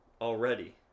already